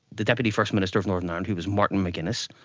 the deputy first minister of northern ireland who was martin mcguinness,